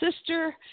sister